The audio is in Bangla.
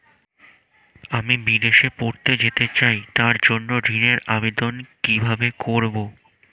আমি বিদেশে পড়তে যেতে চাই তার জন্য ঋণের আবেদন কিভাবে করব?